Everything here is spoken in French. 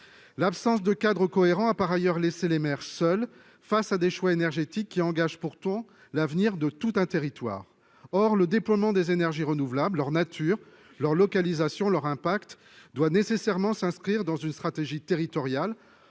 L'absence de cadre cohérent a par ailleurs laissé les maires seuls face à des choix énergétiques qui engagent pourtant l'avenir de tout un territoire. Or le déploiement des énergies renouvelables, leur nature, leur localisation et leur impact doivent nécessairement s'inscrire dans une stratégie territoriale